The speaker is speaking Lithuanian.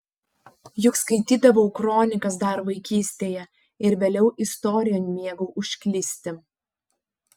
juk skaitydavau kronikas dar vaikystėje ir vėliau istorijon mėgau užklysti